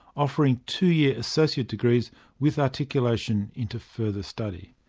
offering two-year associate degrees with articulation into further study.